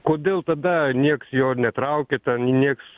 kodėl tada nieks jo netraukė ten nieks